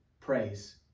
praise